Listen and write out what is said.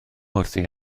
wrthi